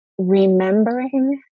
Remembering